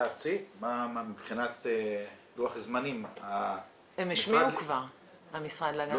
ויקימו שם משהו אחר -- ואתה כבר אומר שאתה רוצה שיהיה שם שדה תעופה.